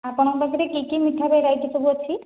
ଆପଣଙ୍କ ପାଖରେ କି କି ମିଠା ଭେରାଇଟି ସବୁ ଅଛି